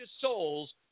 souls